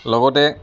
লগতে